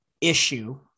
issue